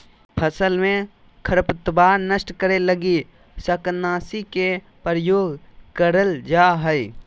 फसल में खरपतवार नष्ट करे लगी शाकनाशी के प्रयोग करल जा हइ